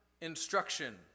instruction